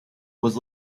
was